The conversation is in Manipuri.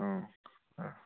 ꯎꯝ ꯑꯥ